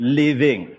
living